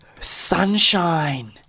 Sunshine